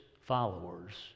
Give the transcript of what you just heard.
followers